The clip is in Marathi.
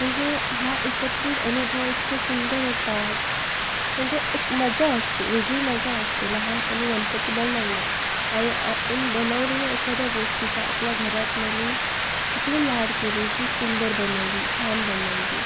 म्हणजे हा एकत्रित अनुभव इतका सुंदर होता म्हणजे एक मजा असते वेगळी मजा असते लहानपणी गणपती बनवला आणि आपण बनवलेल्या एखाद्या गोष्टीचा आपल्या घरातल्यानी आपले लाड केले की सुंदर बनवली छान बनवली